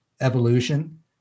evolution